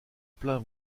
plains